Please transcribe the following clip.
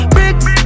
Bricks